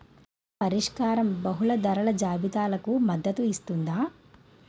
పరిష్కారం బహుళ ధరల జాబితాలకు మద్దతు ఇస్తుందా?